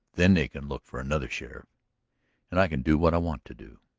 then they can look for another sheriff and i can do what i want to do.